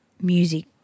music